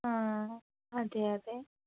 ആ അതെ അതെ